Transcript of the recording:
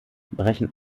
brechen